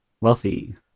Wealthy